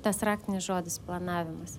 tas raktinis žodis planavimas